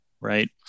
right